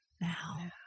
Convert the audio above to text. now